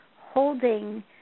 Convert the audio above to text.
holding